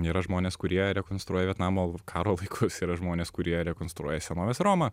yra žmonės kurie rekonstruoja vietnamo karo laikus yra žmonės kurie rekonstruoja senovės romą